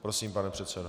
Prosím, pane předsedo.